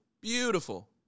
beautiful